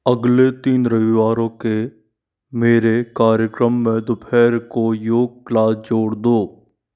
अगले तीन रविवारों के मेरे कार्यक्रम में दोपहर को योग क्लास जोड़ दो